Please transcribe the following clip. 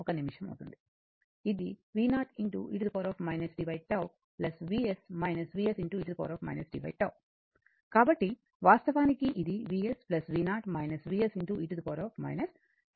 ఇది v0 e t tτ Vs Vs e tτ కాబట్టి వాస్తవానికి ఇది Vs v0 Vs e tτ